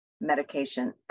medication